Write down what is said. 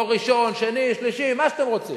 דור ראשון, שני, שלישי, מה שאתם רוצים.